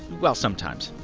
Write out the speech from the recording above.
well, sometimes.